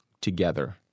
together